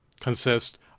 consist